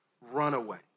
runaway